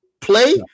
play